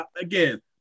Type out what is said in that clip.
again